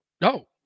No